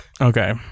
Okay